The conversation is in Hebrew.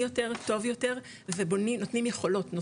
יותר טוב יותר ונותנים את היכולות הנכונות,